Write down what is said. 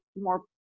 more